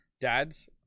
dads